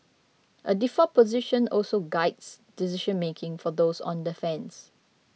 a default position also guides decision making for those on defence